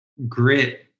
Grit